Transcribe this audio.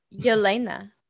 Yelena